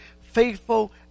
faithful